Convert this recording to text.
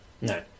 No